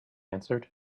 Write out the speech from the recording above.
answered